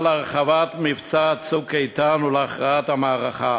להרחבת מבצע "צוק איתן" ולהכרעת המערכה.